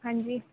ਹਾਂਜੀ